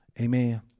Amen